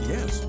Yes